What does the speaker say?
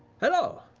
hello!